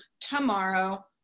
tomorrow